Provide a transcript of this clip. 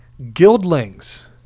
guildlings